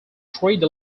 trade